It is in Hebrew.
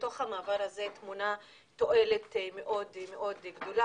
בתוך המעבר הזה טמונה תועלת מאוד מאוד גדולה,